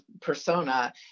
persona